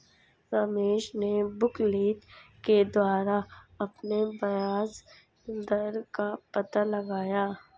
रमेश ने बुकलेट के द्वारा अपने ब्याज दर का पता लगाया